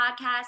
podcast